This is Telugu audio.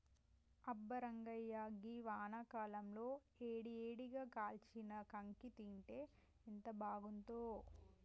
అబ్బా రంగాయ్య గీ వానాకాలంలో ఏడి ఏడిగా కాల్చిన కాంకి తింటే ఎంత బాగుంతుందో